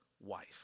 wife